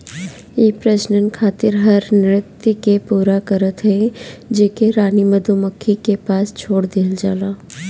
इ प्रजनन खातिर हर नृत्य के पूरा करत हई जेके रानी मधुमक्खी के पास छोड़ देहल जाला